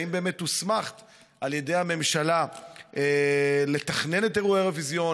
האם באמת הוסמכת על ידי הממשלה לתכנן את אירועי האירוויזיון,